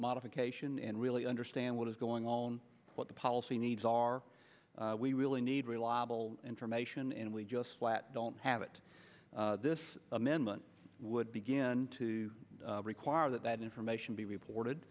modification and really understand what is going on what the policy needs are we really need reliable information and we just flat don't have it this amendment would begin to require that that information be